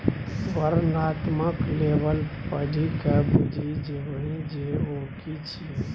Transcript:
वर्णनात्मक लेबल पढ़िकए बुझि जेबही जे ओ कि छियै?